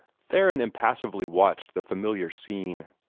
theron impassively watched the familiar scene.